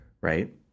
right